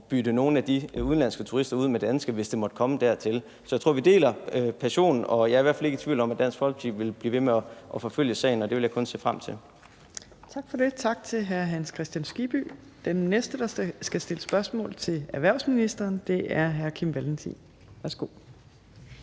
bytte nogle af de udenlandske turister ud med danske, hvis det måtte komme dertil. Så jeg tror, vi deler passionen, og jeg er i hvert fald ikke i tvivl om, at Dansk Folkeparti vil blive ved med at forfølge sagen. Og det vil jeg kun se frem til. Kl. 15:50 Fjerde næstformand (Trine Torp): Tak for det. Tak til hr. Hans Kristian Skibby. Den næste, der skal stille spørgsmål til erhvervsministeren, er hr. Kim Valentin. Kl.